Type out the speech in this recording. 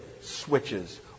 switches